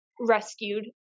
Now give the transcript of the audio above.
rescued